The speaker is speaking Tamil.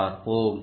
பார்ப்போம்